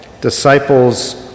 disciples